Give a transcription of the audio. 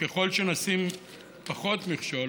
ככל שנשים פחות מכשול,